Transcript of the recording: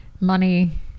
money